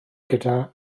gyda